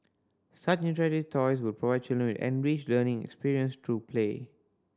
such interactive toys will provide children an enriched learning experience through play